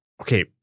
okay